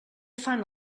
fan